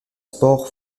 sports